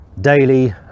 daily